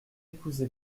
épousé